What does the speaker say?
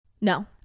No